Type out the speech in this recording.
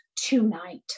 tonight